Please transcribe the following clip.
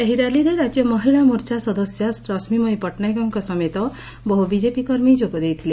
ଏହି ର୍ୟାଲିରେ ରାଜ୍ୟ ମହିଳା ମୋର୍ଚ୍ଚା ସଦସ୍ୟା ରଶ୍କିମୟୀ ପଟନାୟକଙ୍କ ସମେତ ବହୁ ବିଜେପି କର୍ମୀ ଯୋଗ ଦେଇଥିଲେ